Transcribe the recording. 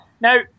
Now